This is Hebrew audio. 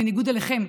בניגוד אליכם,